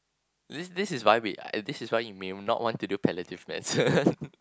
this this is why we this is why you may not want to do palliative medicine